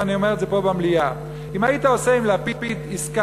ואני אומר את זה פה במליאה: אם היית עושה עם לפיד עסקה,